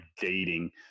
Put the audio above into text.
dating